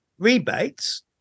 rebates